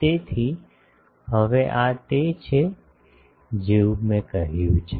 તેથી હવે આ તે છે જેવું મેં કહ્યું છે